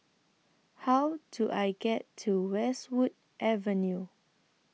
How Do I get to Westwood Avenue